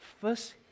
first